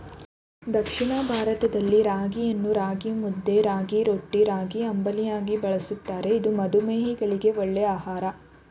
ದಕ್ಷಿಣ ಭಾರತದಲ್ಲಿ ರಾಗಿಯನ್ನು ರಾಗಿಮುದ್ದೆ, ರಾಗಿರೊಟ್ಟಿ, ರಾಗಿಅಂಬಲಿಯಾಗಿ ಬಳ್ಸತ್ತರೆ ಇದು ಮಧುಮೇಹಿಗಳಿಗೆ ಒಳ್ಳೆ ಆಹಾರ